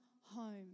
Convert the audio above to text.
home